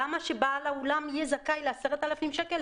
למה שבעל האולם יהיה זכאי ל-10,000 שקל,